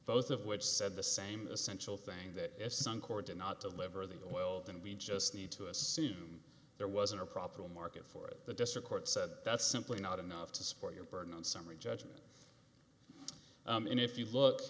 both of which said the same essential thing that suncor did not deliver the oil and we just need to assume there wasn't a proper market for it the district court said that's simply not enough to support your burden and summary judgment and if you look